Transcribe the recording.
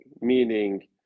Meaning